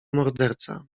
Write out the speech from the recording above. morderca